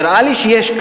נראה לי שיש,